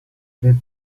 del